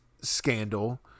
scandal